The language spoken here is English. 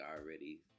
already